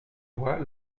voix